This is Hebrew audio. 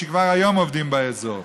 שכבר היום עובדים באזור.